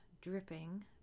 dripping